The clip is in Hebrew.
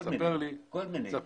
ספר לי איפה.